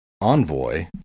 envoy